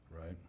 Right